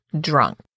drunk